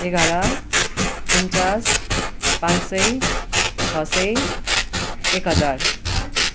एघार उनन्चास पाँच सय छ सय एक हजार